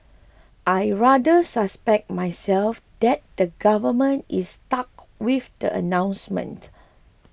I rather suspect myself that the government is stuck with that announcement